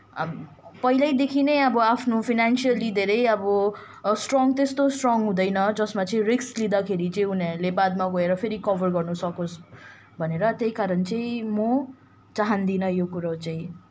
अब पहिल्यैदेखि नै अब आफ्नो फाइनेन्सियली धेरै अब स्ट्रोङ त्यस्तो स्ट्रोङ हुँदैन जसमा चाहिँ रिस्क लिँदाखेरि चाहिँ उनीहरूले बादमा गएर फेरि कभर गर्न सकोस् भनेर त्यही कारण चाहिँ म चाहँदिन यो कुरो चाहिँ